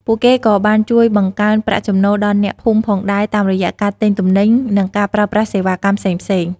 ពួកគេក៏បានជួយបង្កើនប្រាក់ចំណូលដល់អ្នកភូមិផងដែរតាមរយៈការទិញទំនិញ និងការប្រើប្រាស់សេវាកម្មផ្សេងៗ។